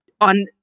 on